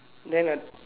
then